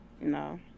No